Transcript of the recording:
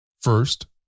First